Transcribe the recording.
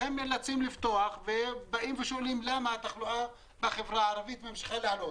לכן נאלצים לפתוח ובאים ושואלים למה התחלואה בחברה הערבית ממשיכה לעלות.